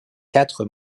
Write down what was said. quatre